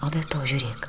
o be to žiūrėk